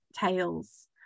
tales